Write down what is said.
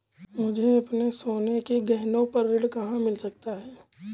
मुझे अपने सोने के गहनों पर ऋण कहाँ मिल सकता है?